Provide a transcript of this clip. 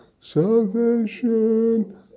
salvation